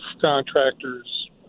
contractors